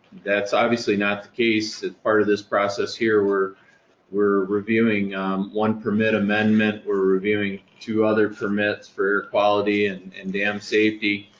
that's obviously not the case. part of this process here, we're we're reviewing one permit amendment, we're reviewing two other permits for quality and and dam safety.